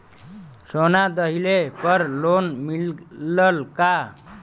सोना दहिले पर लोन मिलल का?